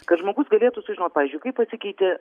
kad žmogus galėtų sužinot pavyzdžiui kaip pasikeitė